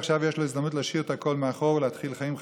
ועכשיו יש לו הזדמנות להשאיר את הכול מאחור ולהתחיל חיים חדשים.